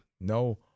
No